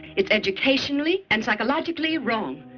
it's educationally and psychologically wrong.